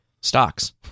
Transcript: stocks